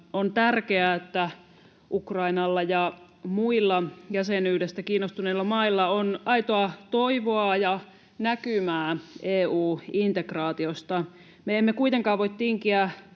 On tärkeää, että Ukrainalla ja muilla jäsenyydestä kiinnostuneilla mailla on aitoa toivoa ja näkymää EU-integraatiosta. Me emme kuitenkaan voi tinkiä